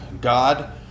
God